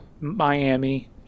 Miami